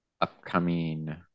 upcoming